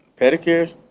Pedicures